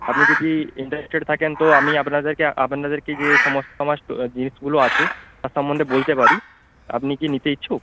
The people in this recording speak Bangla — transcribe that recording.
আপনি যদি ইন্টারেস্টেড থাকেন তো আমি আপনাদেরকে আপনাদেরকে যে সমস্ত জিনিসগুলো আছে তার সম্বন্ধে বলতে পারি আপনি কি নিতে ইচ্ছুক